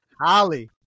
Holly